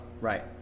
Right